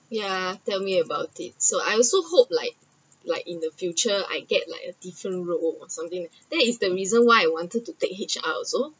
ya tell me about it so I also hope like like in the future I get like a different role or something that is the reason why I wanted to take H_R also